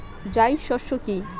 জায়িদ শস্য কি?